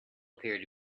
appeared